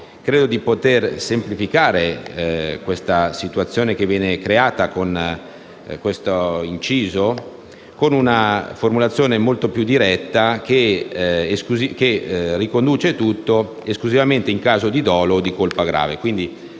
Credo di poter semplificare la situazione che viene creata con questo inciso con una formulazione molto più diretta che riconduce tutto esclusivamente ai casi di dolo o di colpa grave.